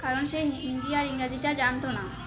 কারণ সে হিন্দি আর ইংরাজিটা জানতো না